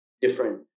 different